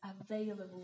available